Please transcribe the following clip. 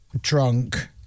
Drunk